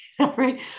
right